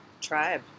Tribe